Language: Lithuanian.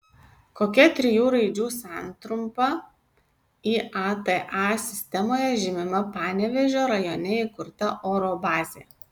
kokia trijų raidžių santrumpa iata sistemoje žymima panevėžio rajone įkurta oro bazė